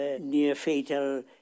near-fatal